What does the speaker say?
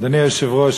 אדוני היושב-ראש,